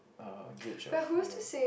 uh gauge of your